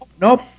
Nope